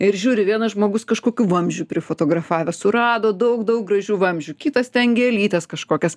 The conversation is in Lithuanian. ir žiūri vienas žmogus kažkokių vamzdžių prifotografavęs surado daug daug gražių vamzdžių kitas ten gėlytes kažkokias